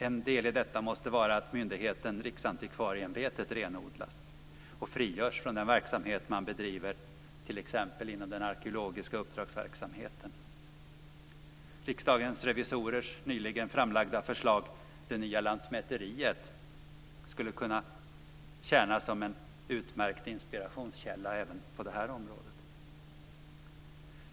En del i detta måste vara att myndigheten Riksantikvarieämbetet renodlas och frigörs från den verksamhet man bedriver t.ex. inom den arkeologiska uppdragsverksamheten. Riksdagens revisorer nyligen framlagda förslag Det nya Lantmäteriet skulle kunna tjäna som en utmärkt inspirationskälla även på det här området.